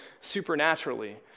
supernaturally